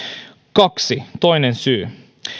kaksi toinen syy